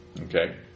Okay